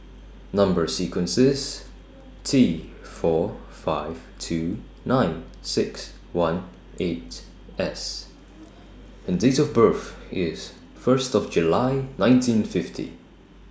Number sequence IS T four five two nine six one eight S and Date of birth IS First of July nineteen fifty